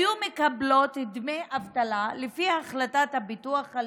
היו מקבלות דמי אבטלה, לפי החלטת הביטוח הלאומי,